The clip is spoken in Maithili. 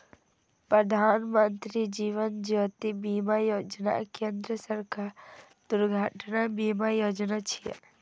प्रधानमत्री जीवन ज्योति बीमा योजना केंद्र सरकारक दुर्घटना बीमा योजना छियै